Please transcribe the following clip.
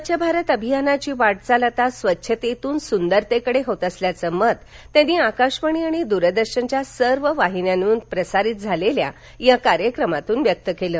स्वच्छ भारत अभियानाची वाटचाल आता स्वच्छतेतून सुंदरतेकडे होत असल्याचं मत त्यांनी आकाशवाणी आणि दूरदर्शनच्या सर्व वाहिन्यांवरून प्रसारित झालेल्या या कार्यक्रमातून व्यक्त केलं